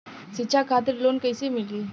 शिक्षा खातिर लोन कैसे मिली?